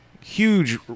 Huge